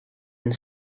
and